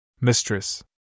Mistress